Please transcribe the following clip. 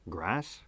Grass